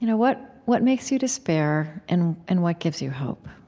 you know what what makes you despair, and and what gives you hope?